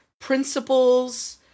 principles